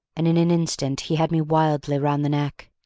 and in an instant he had me wildly round the neck.